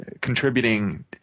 contributing